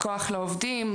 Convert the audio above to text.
הכוח לעובדים,